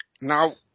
Now